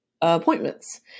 appointments